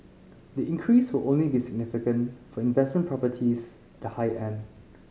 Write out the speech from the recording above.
the increase will only be significant for investment properties the high end